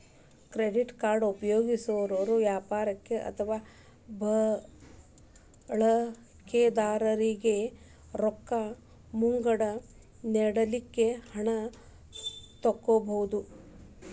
credit card ಉಪಯೊಗ್ಸೊರು ವ್ಯಾಪಾರಿಗೆ ಅಥವಾ ಬಳಕಿದಾರನಿಗೆ ರೊಕ್ಕ ಮುಂಗಡ ನೇಡಲಿಕ್ಕೆ ಹಣ ತಕ್ಕೊಬಹುದು